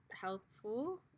helpful